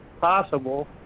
Possible